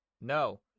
no